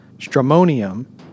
Stramonium